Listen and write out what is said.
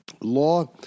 law